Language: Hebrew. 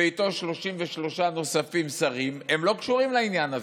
ואיתו 33 שרים נוספים, הם לא קשורים לעניין הזה.